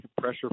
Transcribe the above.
pressure